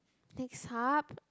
next hub